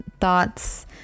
thoughts